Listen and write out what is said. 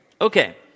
Okay